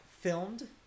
filmed